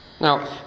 Now